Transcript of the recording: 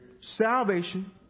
salvation